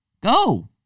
Go